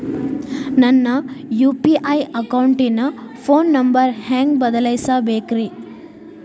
ನನ್ನ ಯು.ಪಿ.ಐ ಅಕೌಂಟಿನ phone number ಹೆಂಗ್ ಬದಲಾಯಿಸ ಬೇಕ್ರಿ?